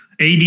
AD